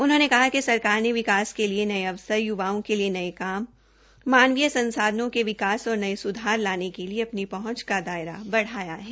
उन्होंने कहा कि सरकार ने विकास के लिए नये अवसर य्वाओं के लिए नये काम मानवीय संसाधनों के विकास और नये स्धार लाने के लिए अपनी पहुंच का दायरा बढ़ाया है